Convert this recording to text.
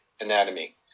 anatomy